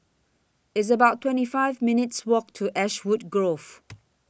It's about twenty five minutes' Walk to Ashwood Grove